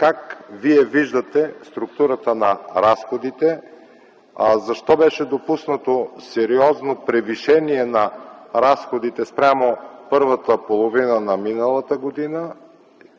как Вие виждате структурата на разходите? Защо беше допуснато сериозно превишение на разходите спрямо първата половина на миналата година?